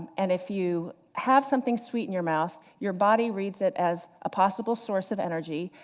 and if you have something sweet in your mouth, your body reads it as a possible source of energy,